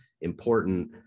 important